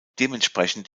dementsprechend